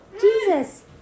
Jesus